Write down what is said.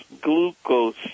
glucose